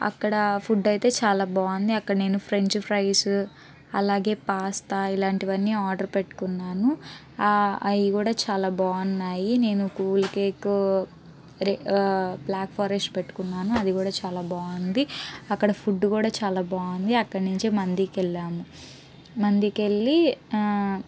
అక్కడ ఫుడ్ అయితే చాలా బాగుంది అక్కడ నేను ఫ్రెంచ్ ఫ్రైస్ అలాగే పాస్తా ఇలాంటివన్ని ఆర్డర్ పెట్టుకున్నాను అవి కూడా చాలా బాగున్నాయి నేను కూల్ కేక్ బ్లాక్ ఫారెస్ట్ పెట్టుకున్నాను అది కూడా చాలా బాగుంది అక్కడ ఫుడ్ కూడా చాలా బాగుంది అక్కడి నుంచి మందికి వెళ్ళాము మందికి వెళ్ళి